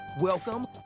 Welcome